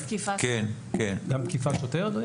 גם תקיפת שוטר?